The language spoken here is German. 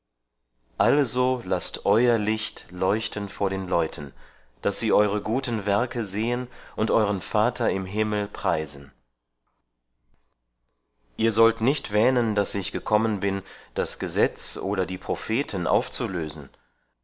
also laßt euer licht leuchten vor den leuten daß sie eure guten werke sehen und euren vater im himmel preisen ihr sollt nicht wähnen daß ich gekommen bin das gesetz oder die propheten aufzulösen